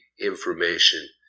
information